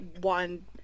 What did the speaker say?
one